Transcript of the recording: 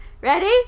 ready